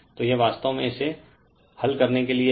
तो यह वास्तव में इसे हल करने के लिए है